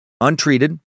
Untreated